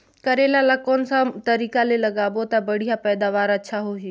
करेला ला कोन सा तरीका ले लगाबो ता बढ़िया पैदावार अच्छा होही?